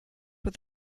were